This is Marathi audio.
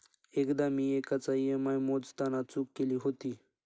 एकदा मी एकाचा ई.एम.आय मोजताना चूक केली होती